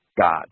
God